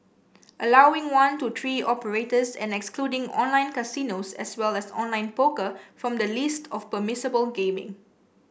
allowing one to three operators and excluding online casinos as well as online poker from the list of permissible gaming